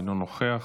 אינו נוכח,